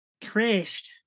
Crashed